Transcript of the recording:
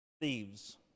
Thieves